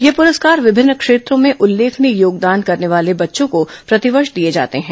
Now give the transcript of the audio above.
ये पुरस्कार विभिन्न क्षेत्रों में उल्लेखनीय योगदान करने वाले बच्चों को प्रतिवर्ष दिये जाते हैं